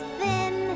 thin